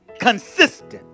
consistent